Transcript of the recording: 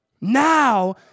Now